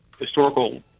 historical